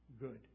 good